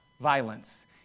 violence